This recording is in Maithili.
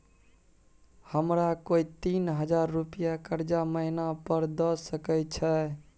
हमरा कोय तीन हजार रुपिया कर्जा महिना पर द सके छै?